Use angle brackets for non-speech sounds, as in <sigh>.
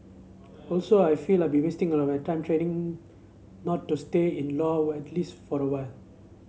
also I feel I'd be wasting of my time training not to stay in law widely <unintelligible> for a while